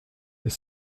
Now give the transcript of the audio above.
est